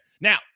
Now